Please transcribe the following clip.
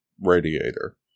radiator